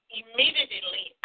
immediately